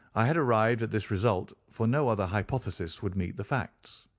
i had arrived at this result, for no other hypothesis would meet the facts.